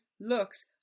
looks